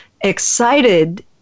excited